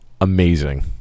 amazing